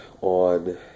on